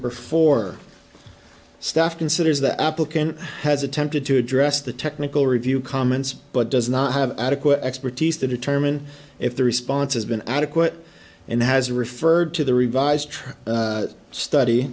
are four staff considers the applicant has attempted to address the technical review comments but does not have adequate expertise to determine if the response has been adequate and has referred to the revised study